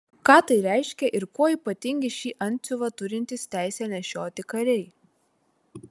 ką tai reiškia ir kuo ypatingi šį antsiuvą turintys teisę nešioti kariai